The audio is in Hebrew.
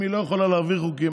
אם היא לא יכולה להעביר חוקים,